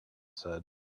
said